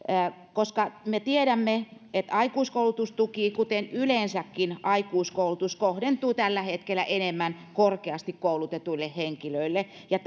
koska me tiedämme että aikuiskoulutustuki kuten yleensäkin aikuiskoulutus kohdentuu tällä hetkellä enemmän korkeasti koulutetuille henkilöille ja